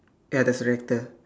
ya there's a tractor